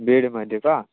बीडमध्ये का